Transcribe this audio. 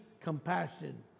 compassion